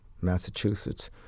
Massachusetts